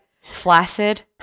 Flaccid